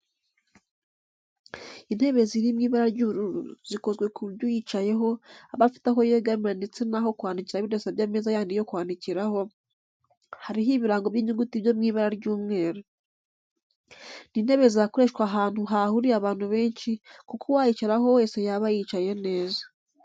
Intebe ziri mu ibara ry'ubururu zikozwe ku buryo uyicayeho aba afite aho yegamira ndetse n'aho kwandikira bidasabye ameza yandi yo kwandikiraho, hariho ibirango by'inyuguti byo mu ibara ry'umweru. Ni intebe zakoreshwa ahantu hahuriye abantu benshi kuko uwayicaraho wese yaba yicaye neza.